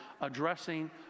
addressing